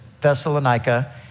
Thessalonica